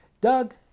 Doug